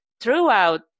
throughout